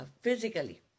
physically